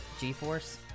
g-force